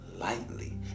lightly